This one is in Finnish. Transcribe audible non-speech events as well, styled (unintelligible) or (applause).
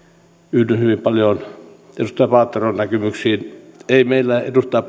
yhdyn hyvin paljon edustaja paateron näkemyksiin ei meillä keskustalla edustaja (unintelligible)